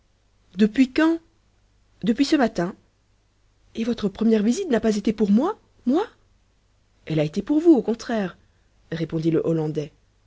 depuis quand depuis ce matin et votre première visite n'a pas été pour moi moi elle a été pour vous au contraire répondit le hollandais